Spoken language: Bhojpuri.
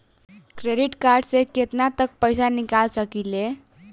क्रेडिट कार्ड से केतना तक पइसा निकाल सकिले?